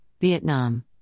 Vietnam